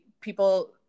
people